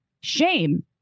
shame